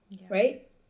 Right